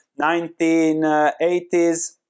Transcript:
1980s